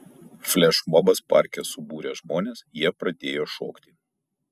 flešmobas parke subūrė žmones jie pradėjo šokti